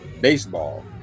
baseball